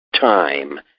time